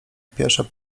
pierwsza